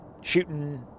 shooting